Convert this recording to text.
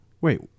Wait